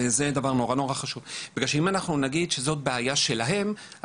אם אנחנו נגיד שזו בעיה שלהן,